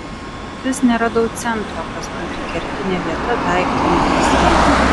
vis neradau centro kas būtų kertinė vieta daiktine prasme